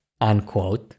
Unquote